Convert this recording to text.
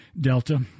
Delta